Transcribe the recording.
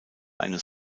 eines